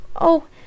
Oh